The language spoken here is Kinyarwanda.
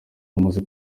hamaze